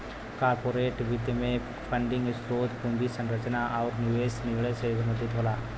corporate वित्त में funding स्रोत, पूंजी संरचना आुर निवेश निर्णय से संबंधित होला